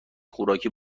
خوراکی